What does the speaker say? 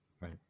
right